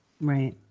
Right